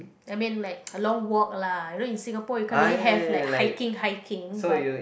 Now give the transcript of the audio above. I mean like a long walk lah you know in Singapore you can't really have like hiking hiking but